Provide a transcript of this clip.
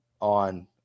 on